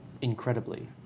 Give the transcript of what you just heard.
Incredibly